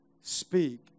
speak